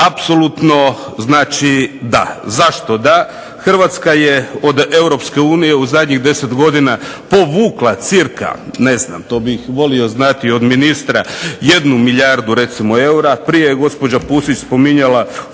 Apsolutno znači da. Zašto da? Hrvatska je od Europske unije u zadnjih 10 godina povukla cirka ne znam to bih volio znati od ministra 1 milijardu recimo eura. Prije je gospođa Pusić spominjala